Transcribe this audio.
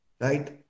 Right